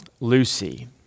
Lucy